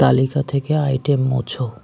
তালিকা থেকে আইটেম মোছো